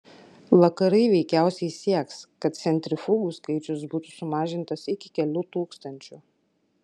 vakarai veikiausiai sieks kad centrifugų skaičius būtų sumažintas iki kelių tūkstančių